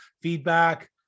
feedback